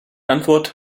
antwort